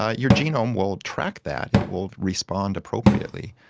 ah your genome will track that, it will respond appropriately.